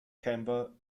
camber